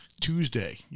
Tuesday